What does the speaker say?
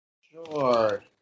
Sure